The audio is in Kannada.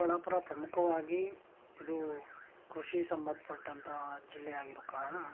ಚಿಕ್ಕಬಳ್ಳಾಪುರ ಪ್ರಮುಖವಾಗಿ ಇದು ಕೃಷಿ ಸಂಬಂಧಪಟ್ಟಂಥಾ ಜಿಲ್ಲೆ ಆಗಿರೊ ಕಾರಣ